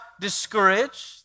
discouraged